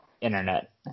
internet